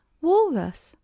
walrus